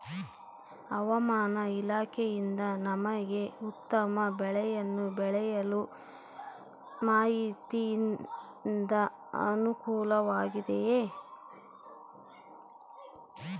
ಹವಮಾನ ಇಲಾಖೆಯಿಂದ ನಮಗೆ ಉತ್ತಮ ಬೆಳೆಯನ್ನು ಬೆಳೆಯಲು ಮಾಹಿತಿಯಿಂದ ಅನುಕೂಲವಾಗಿದೆಯೆ?